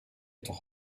toch